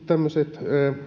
tämmöiset